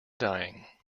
dying